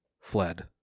fled